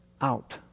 out